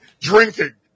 drinking